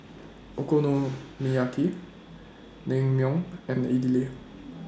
Okonomiyaki Naengmyeon and Idili